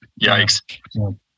Yikes